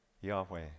Yahweh